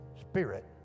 spirit